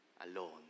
alone